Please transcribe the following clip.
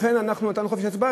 לכן אנחנו נתנו חופש הצבעה,